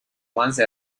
once